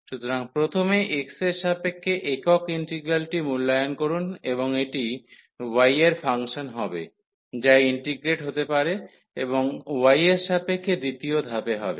সুতরাং প্রথমে x এর সাপেক্ষে একক ইন্টিগ্রালটি মূল্যায়ন করুন এবং এটি y এর ফাংশন হবে যা ইন্টিগ্রেট হতে পারে এবং y এর সাপেক্ষে দ্বিতীয় ধাপে হবে